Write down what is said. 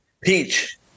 peach